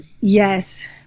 Yes